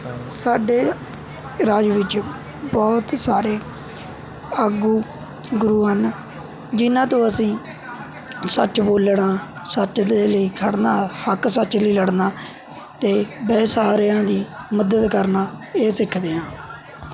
ਸਾਡੇ ਰਾਜ ਵਿੱਚ ਬਹੁਤ ਸਾਰੇ ਆਗੂ ਗੁਰੂ ਹਨ ਜਿਹਨਾਂ ਤੋਂ ਅਸੀਂ ਸੱਚ ਬੋਲਣਾ ਸੱਚ ਦੇ ਲਈ ਖੜ੍ਹਨਾ ਹੱਕ ਸੱਚ ਲਈ ਲੜਨਾ ਅਤੇ ਬੇਸਹਾਰਿਆਂ ਦੀ ਮੱਦਦ ਕਰਨਾ ਇਹ ਸਿੱਖਦੇ ਹਾਂ